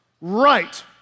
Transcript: right